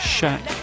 Shack